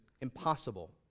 impossible